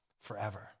forever